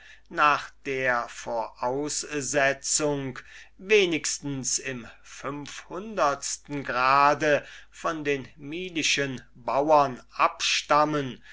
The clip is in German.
nach der voraussetzung wenigstens im fünfhundertsten grade von den milischen bauern abstammen